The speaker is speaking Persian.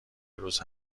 روز